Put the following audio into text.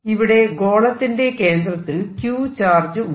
ഇവിടെ ഗോളത്തിന്റെ കേന്ദ്രത്തിൽ Q ചാർജ് ഉണ്ട്